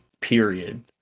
period